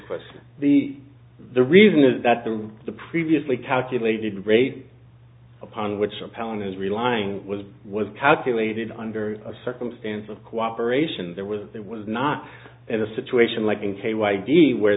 question the the reason is that the the previously calculated rate upon which palin is relying was was calculated under a circumstance of cooperation there was it was not in a situation like